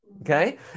Okay